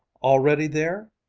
all ready there?